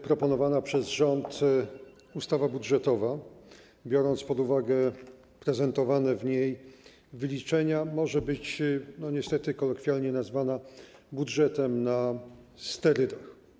Proponowana przez rząd ustawa budżetowa, biorąc pod uwagę prezentowane w niej wyliczenia, może być niestety kolokwialnie nazwana budżetem na sterydach.